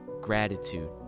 gratitude